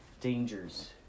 dangers